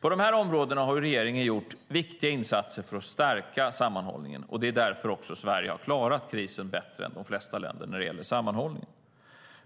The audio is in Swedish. På dessa områden har regeringen gjort viktiga insatser för att stärka sammanhållningen, och det är därför Sverige har klarat krisen bättre än de flesta länder när det gäller sammanhållning.